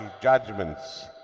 judgments